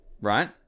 right